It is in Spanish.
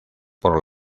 por